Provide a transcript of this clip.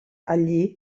allí